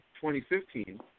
2015